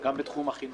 גם בתחום החינוך,